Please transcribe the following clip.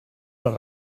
les